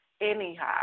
anyhow